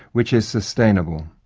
which is sustainable.